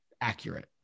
accurate